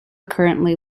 currently